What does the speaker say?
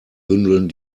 bündeln